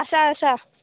आसा आसा